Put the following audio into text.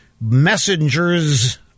Messengers